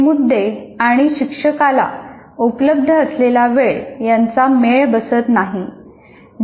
हे मुद्दे आणि शिक्षकाला उपलब्ध असलेला वेळ यांचा मेळ बसत नाही